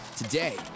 Today